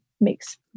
makes